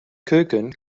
keuken